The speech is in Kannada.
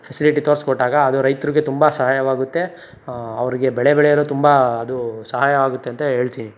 ಫೆಸಿಲಿಟಿ ತೋರಿಸ್ಕೊಟ್ಟಾಗ ಅದು ರೈತ್ರಿಗೆ ತುಂಬ ಸಹಾಯವಾಗುತ್ತೆ ಅವ್ರಿಗೆ ಬೆಳೆ ಬೆಳೆಯಲು ತುಂಬ ಅದು ಸಹಾಯವಾಗುತ್ತೆ ಅಂತ ಹೇಳ್ತೀನಿ